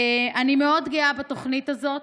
אני מאוד גאה בתוכנית הזאת,